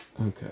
okay